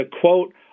quote